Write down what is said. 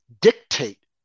dictate